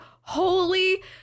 holy